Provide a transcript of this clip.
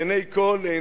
לעיני כול,